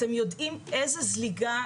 אתם יודעים איזו זליגה?